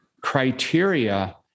criteria